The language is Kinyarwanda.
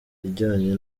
ijyanye